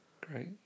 great